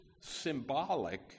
symbolic